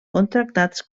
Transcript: contractats